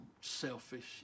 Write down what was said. selfish